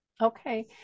Okay